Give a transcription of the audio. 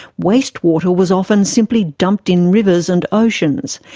waste water was often simply dumped in rivers and oceans.